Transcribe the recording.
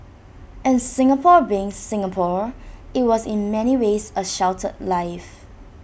and Singapore being Singapore IT was in many ways A sheltered life